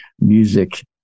music